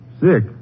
Sick